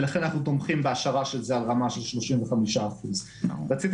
ולכן אנחנו תומכים בהשארה של זה על רמה של 35%. רציתי